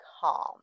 calm